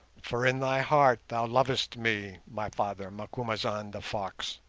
for in thy heart thou lovest me, my father, macumazahn the fox,